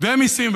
ומיסים.